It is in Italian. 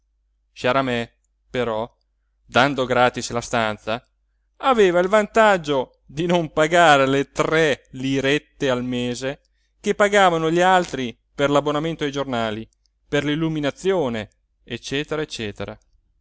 sciaramè però dando gratis la stanza aveva il vantaggio di non pagare le tre lirette al mese che pagavano gli altri per l'abbonamento ai giornali per